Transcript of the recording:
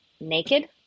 naked